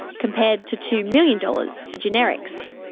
compared to two million dollars for generics.